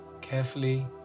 carefully